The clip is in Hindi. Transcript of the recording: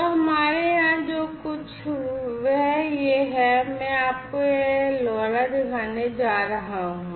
तो हमारे यहाँ जो कुछ है वह यह है मैं आपको यह LoRa दिखाने जा रहा हूँ